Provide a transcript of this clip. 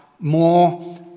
More